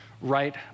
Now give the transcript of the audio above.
right